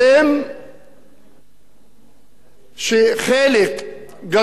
לכך שחלק גדול מתושבי ישראל